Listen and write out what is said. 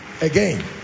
again